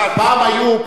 פעם היו.